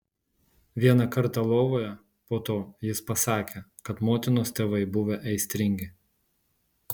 vieną kartą lovoje po to jis pasakė kad motinos tėvai buvę aistringi